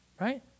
Right